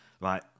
Right